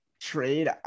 trade